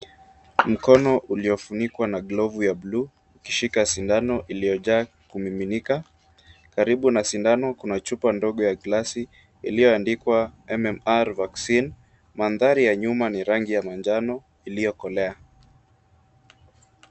Mkono uliofunikwa na glovu ya buluu imeshika sindano iliojaa kumiminika. Karibu na sindano kuna chupa ndogo ya glasi iliyo andikwa "MMR vaccine".Mandhari ya nyuma ni rangi ya manjano iliokolea.